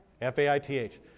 F-A-I-T-H